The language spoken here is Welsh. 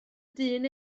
dyn